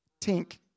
tink